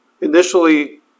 initially